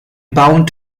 bound